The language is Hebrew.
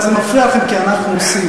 אבל זה מפריע לכם כי אנחנו עושים.